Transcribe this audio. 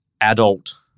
adult